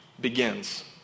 begins